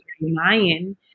Mayan